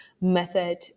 method